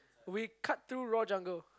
we cut through raw jungle